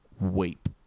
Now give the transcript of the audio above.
weep